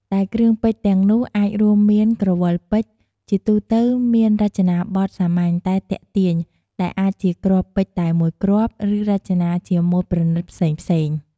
ដែលគ្រឿងពេជ្រទាំងនោះអាចរួមមាន ក្រវិលពេជ្រ ជាទូទៅមានរចនាបថសាមញ្ញតែទាក់ទាញ ដែលអាចជាគ្រាប់ពេជ្រតែមួយគ្រាប់ ឬរចនាជាម៉ូដប្រណីតផ្សេងៗ។